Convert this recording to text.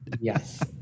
Yes